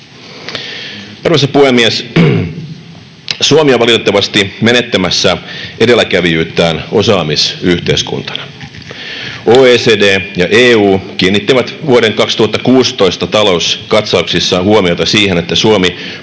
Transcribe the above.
Arvoisa puhemies! Suomi on valitettavasti menettämässä edelläkävijyyttään osaamisyhteiskuntana. OECD ja EU kiinnittivät vuoden 2016 talouskatsauksissaan huomiota siihen, että Suomi